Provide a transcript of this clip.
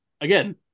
Again